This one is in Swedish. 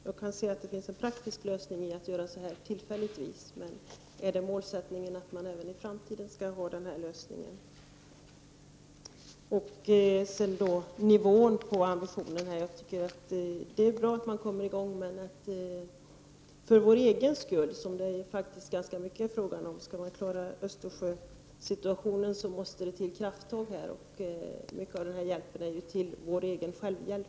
Jag kan se att det är en praktisk lösning att göra så här tillfälligtvis. Men är målsättningen att man även i framtiden skall ha den här lösningen? När det gäller nivån på ambitionen tycker jag att det är bra att man kommer i gång. Men skall man klara Östersjösituationen, så måste det till krafttag — för vår egen skull, som det ju faktiskt i ganska stor utsträckning är fråga om. Mycket av den här hjälpen gäller ju vår egen självhjälp.